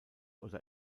oder